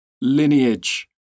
lineage